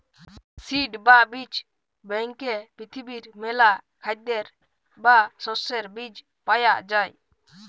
seed বা বীজ ব্যাংকে পৃথিবীর মেলা খাদ্যের বা শস্যের বীজ পায়া যাই